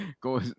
go